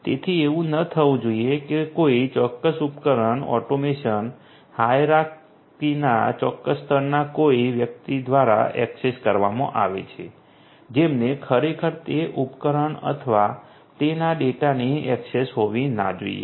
તેથી એવું ન થવું જોઈએ કે કોઈ ચોક્કસ ઉપકરણ ઓટોમેશન હાયરાર્કીના ચોક્કસ સ્તરના કોઈ વ્યક્તિ દ્વારા ઍક્સેસ કરવામાં આવે છે જેમને ખરેખર તે ઉપકરણ અથવા તેના ડેટાની ઍક્સેસ હોવી ના જોઈએ